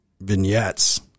vignettes